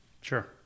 Sure